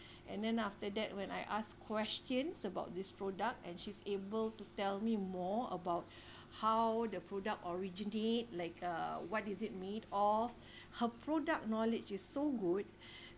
and then after that when I ask questions about this product and she's able to tell me more about how the product originate like uh what is it made of her product knowledge is so good